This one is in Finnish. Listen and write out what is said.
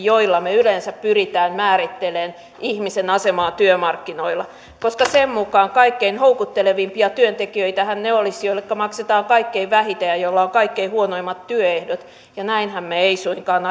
joilla me yleensä pyrimme määrittelemään ihmisen asemaa työmarkkinoilla koska sen mukaan kaikkein houkuttelevimpia työntekijöitähän olisivat ne joille maksetaan kaikkein vähiten ja joilla on kaikkein huonoimmat työehdot ja näinhän me emme suinkaan